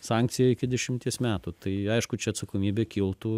sankcija iki dešimties metų tai aišku čia atsakomybė kiltų